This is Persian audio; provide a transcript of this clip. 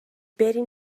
بریم